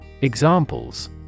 Examples